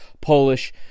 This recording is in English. Polish